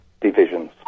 divisions